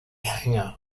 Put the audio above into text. hangar